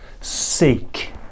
seek